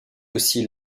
aussi